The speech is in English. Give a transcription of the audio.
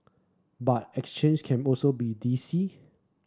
but exchange can also be dicey